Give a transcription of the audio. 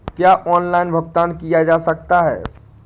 क्या ऑनलाइन भुगतान किया जा सकता है?